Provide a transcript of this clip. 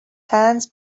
hands